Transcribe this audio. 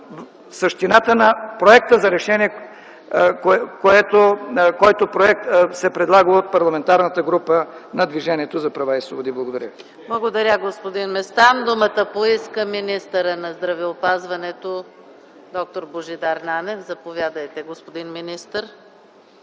същината на Проекта за решение, който проект се предлага от Парламентарната група на Движението за права и свободи. Благодаря. ПРЕДСЕДАТЕЛ ЕКАТЕРИНА МИХАЙЛОВА: Благодаря, господин Местан. Думата поиска министърът на здравеопазването д-р Божидар Нанев. Заповядайте, господин министър.